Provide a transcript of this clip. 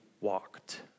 walked